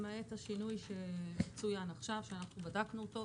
למעט השינוי שצוין עכשיו שאנחנו בדקנו אותו,